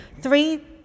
three